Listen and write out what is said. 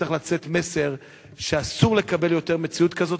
צריך לצאת מסר שאסור לקבל יותר מציאות כזאת,